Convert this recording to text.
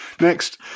Next